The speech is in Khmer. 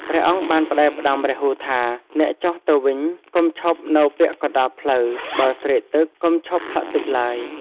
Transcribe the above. ព្រះអង្គបានផ្ដែផ្ដាំរាហូថា "អ្នកចុះទៅវិញ កុំឈប់នៅពាក់កណ្ដាលផ្លូវ បើស្រេកទឹក កុំឈប់ផឹកទឹកឡើយ"។